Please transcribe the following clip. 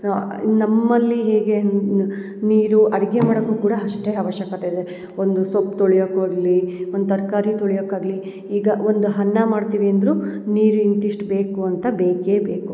ನ ನಮ್ಮಲ್ಲಿ ಹೇಗೆ ನೀರು ಅಡ್ಗೆ ಮಾಡಕು ಕೂಡ ಅಷ್ಟೇ ಆವಶ್ಯಕತೆ ಇದೆ ಒಂದು ಸೊಪ್ಪು ತೊಳಿಯೋಕ್ಕಾಗ್ಲಿ ಒಂದು ತರಕಾರಿ ತೊಳಿಯೋಕ್ಕಾಗ್ಲಿ ಈಗ ಒಂದು ಅನ್ನ ಮಾಡ್ತೀವಿ ಅಂದರೂ ನೀರು ಇಂತಿಷ್ಟು ಬೇಕು ಅಂತ ಬೇಕೇ ಬೇಕು